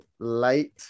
late